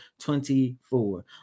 24